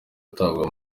atabwa